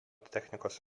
technikos